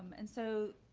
and so